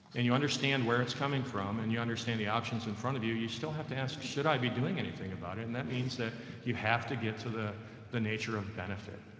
and you understand where it's coming from and you understand the options in front of you, you still have to ask should i be doing anything about it and that means that you have to get to the the nature of benefit.